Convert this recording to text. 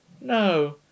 no